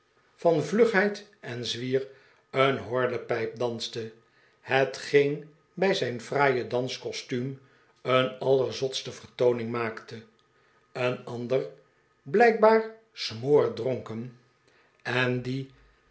van vlugheid en zwier een horlepijp danste hetgeen bij zijn fraaie danscostuum een allerzotste vertooning maakte een ander blijkbaar smoordronken en die